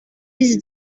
ist